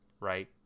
right